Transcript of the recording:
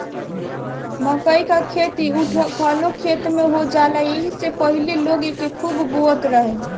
मकई कअ खेती उखठलो खेत में हो जाला एही से पहिले लोग एके खूब बोअत रहे